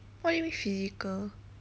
what you mean physical